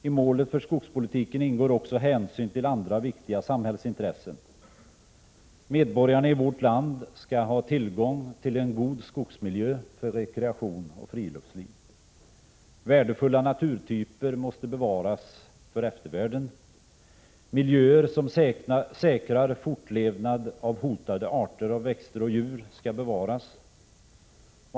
I målet för skogspolitiken ingår också hänsyn till andra viktiga samhällsintressen. Medborgarna i vårt land skall ha tillgång till en god skogsmiljö för rekreation och friluftsliv. Värdefulla naturtyper måste bevaras för eftervärlden. Miljöer som säkrar fortlevnad av hotade arter av växter och djur skall bevaras.